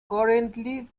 currently